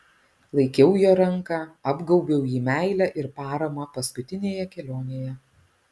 laikiau jo ranką apgaubiau jį meile ir parama paskutinėje kelionėje